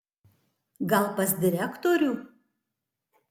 gal pas direktorių